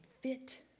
fit